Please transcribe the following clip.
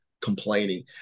complaining